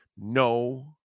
no